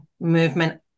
movement